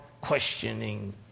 questioning